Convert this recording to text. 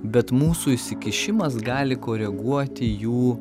bet mūsų įsikišimas gali koreguoti jų